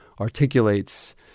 articulates